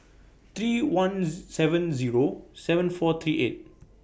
three one seven Zero seven four three eight